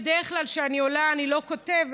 בדרך כלל כשאני עולה אני לא כותבת,